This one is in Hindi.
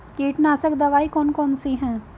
कीटनाशक दवाई कौन कौन सी हैं?